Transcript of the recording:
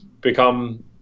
become